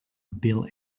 bill